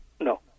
no